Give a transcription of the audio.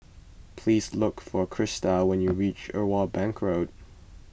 please look for Christa when you reach Irwell Bank Road